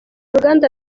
ruganda